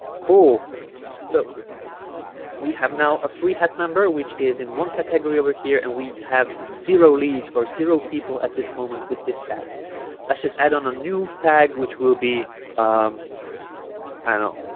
cool so we have now a free hat number which is in one category over here and we have zero leads or zero people at this moment with this tag let's just add on a new tag which will be um i know